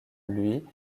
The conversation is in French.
lui